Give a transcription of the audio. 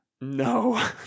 no